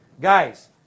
Guys